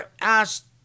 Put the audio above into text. asked